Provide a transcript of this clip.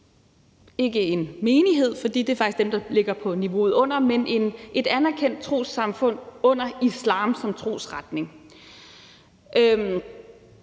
ikke en menighed, for det er faktisk dem, der ligger på niveauet under, men af et anerkendt trossamfund under islam som trosretning. Det